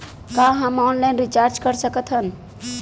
का हम online recharge कर सकत हन?